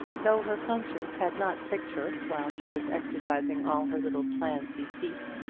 though her conscience had not pricked her while she was exercising all her little planned deceits,